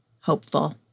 hopeful